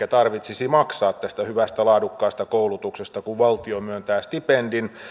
eikä tarvitsisi maksaa tästä hyvästä laadukkaasta koulutuksesta kun valtio myöntää stipendin